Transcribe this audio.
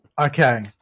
okay